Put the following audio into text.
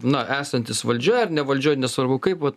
na esantys valdžioj ar ne valdžioj nesvarbu kaip vat